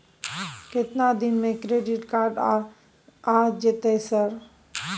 केतना दिन में क्रेडिट कार्ड आ जेतै सर?